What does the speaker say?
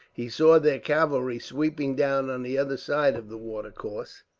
he saw their cavalry sweeping down on the other side of the watercourse,